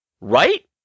Right